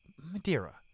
Madeira